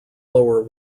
lower